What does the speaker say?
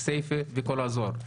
כסייפה וכל האזור.